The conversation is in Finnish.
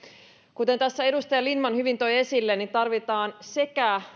kuten tässä edustaja lindtman hyvin toi esille tarvitaan sekä